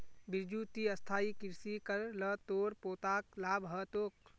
बिरजू ती स्थायी कृषि कर ल तोर पोताक लाभ ह तोक